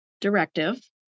directive